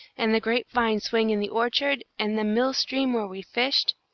and the grape-vine swing in the orchard, and the mill-stream where we fished,